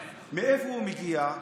מאיפה הוא מגיע?